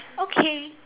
okay